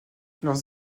leurs